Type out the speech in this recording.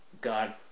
God